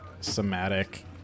somatic